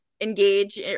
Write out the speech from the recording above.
engage